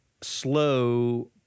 slow